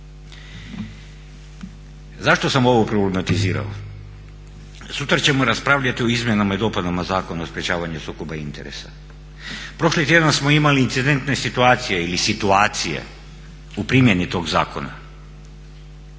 Zašto sam ovo problematizirao? Sutra ćemo raspravljati o izmjenama i dopunama Zakona o sprečavanju sukoba interesa. Prošli tjedan smo imali incidentne situacije ili situacije u primjeni tog zakona,